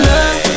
Love